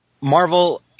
Marvel